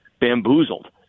bamboozled